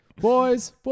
Boys